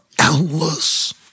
endless